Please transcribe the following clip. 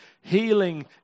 healing